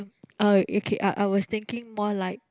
uh okay I I was thinking more like